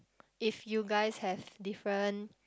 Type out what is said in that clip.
if you guys have different